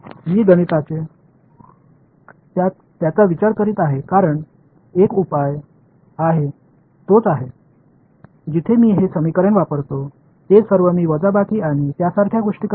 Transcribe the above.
मी गणिताने त्यांचा विचार करीत आहे कारण हा एकच उपाय आहे तोच आहे जिथे मी हे समीकरण वापरतो ते सर्व मी वजाबाकी आणि त्यासारख्या गोष्टी करतो